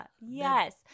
yes